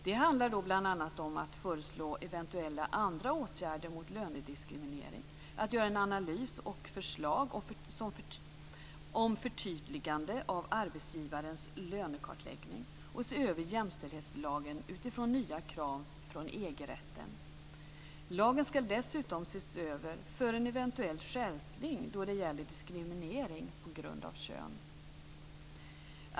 Det handlar bl.a. om att föreslå andra eventuella åtgärder mot lönediskriminering, att göra en analys och komma med förslag om förtydligande av arbetsgivarens lönekartläggning och se över jämställdhetslagen utifrån nya krav från EG-rätten. Lagen skall dessutom ses över för en eventuell skärpning då det gäller diskriminering på grund av kön.